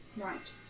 Right